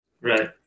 Right